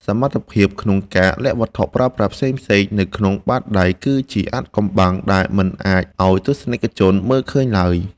សមត្ថភាពក្នុងការលាក់វត្ថុប្រើប្រាស់ផ្សេងៗនៅក្នុងបាតដៃគឺជាអាថ៌កំបាំងដែលមិនអាចឱ្យទស្សនិកជនមើលឃើញឡើយ។